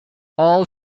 all